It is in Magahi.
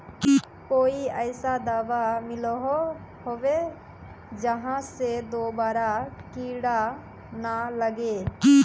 कोई ऐसा दाबा मिलोहो होबे जहा से दोबारा कीड़ा ना लागे?